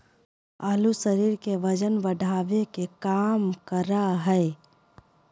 आलू शरीर के वजन बढ़ावे के काम करा हइ